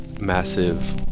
massive